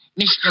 Mr